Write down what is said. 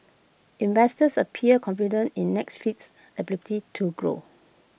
investors appear confident in Netflix's ability to grow